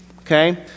okay